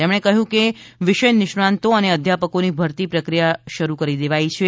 તેમણે કહ્યું કે વિષય નિષ્ણાતો અને અધ્યાપકોની ભરતી પ્રક્રિયા શરૂ કરી દેવાઈ છે